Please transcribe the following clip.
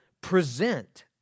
present